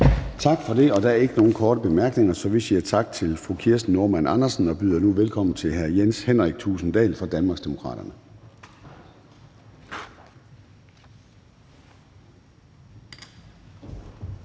Tak for det. Der er ikke nogen korte bemærkninger, så vi siger tak til fru Kirsten Normann Andersen og byder nu velkommen til hr. Jens Henrik Thulesen Dahl fra Danmarksdemokraterne.